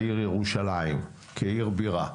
העיר ירושלים כעיר בירה,